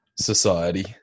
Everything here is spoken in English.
society